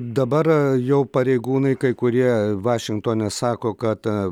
dabar jau pareigūnai kai kurie vašingtone sako kad